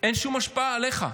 אין שום השפעה עליך?